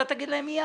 אתה תגיד להם מייד: